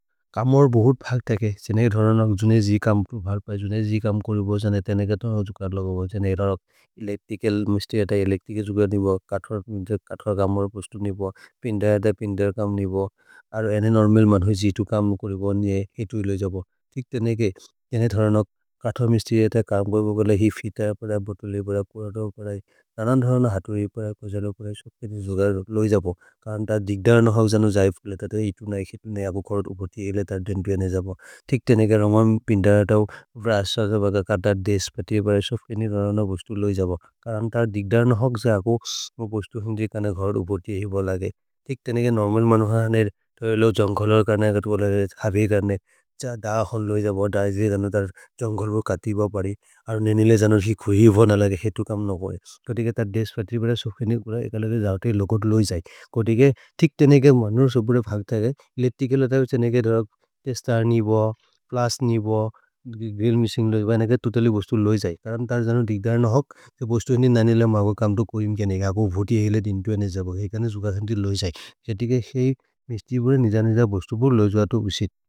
कामार बहुत फाक्त है के जिनने धरनाक जुने जी काम भाल पाई, जुने जी काम करीबो जाने तेने का तोना जुकार लगबो जाने एरारक। इलेक्टिकल मिस्टीया ता इलेक्टिकल जुकार लगबो, काथार कामार पस्टो लगबो, पिंदाया ता पिंदाया काम लगबो, आर एने नॉर्मिल मान होई। जी तो काम करीबो निये इतु लगबो, काथार मिस्टीया ता काम करीबो गला ही फीटाया परा, बटली परा, पराड़ा पराई, धाना धाना हातुरी परा। कजलो पराई, सोफ केनी जुकार लगबो, कारां ता दिग्दारन होग जाने जाइफ गले, ता तेने इतु नाइखे, तेने अगो घरड उपड़ी एले, तीक तेने के रमान पिंदारा ता व्राश्वा जाबागा। काथार देश पत्री पराई, सोफ केनी जुकार लगबो, कारां ता दिग्दारन होग जाने जाइफ गले, ता तेने इतु नाइखे, तेने इतु नाइखे, ता देश पत्री पराई। सोफ केनी जुकार लगबो, कोटिके थिक तेने के मन्रो सोफ ऍवरे फागधाेकर, इलस तिकेला तायूचेने के निवा, गेल मिषिंग लगबाईन करं तुतली बॉस्तो लगजाइ। कारआं तार दिग्दारन होग, ते बॉस्तो च नइ।